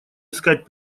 искать